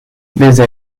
desde